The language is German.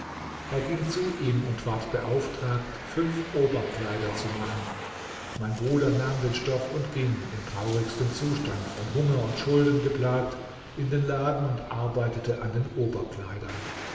er ging zu ihm und ward beauftragt fünf oberkleider zu machen mein bruder nahm den stoff und ging im traurigsten zustand von hunger und schulden geplagt in den laden und arbeitete an den oberkleidern